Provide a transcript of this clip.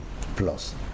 Plus